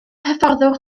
hyfforddwr